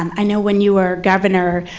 um i know when you were governor,